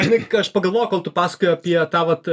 žinai ką aš pagalvojau kol tu pasakojai apie tą vat